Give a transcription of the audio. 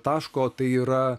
taško tai yra